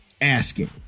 asking